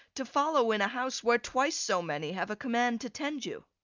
to follow in a house where twice so many have a command to tend you?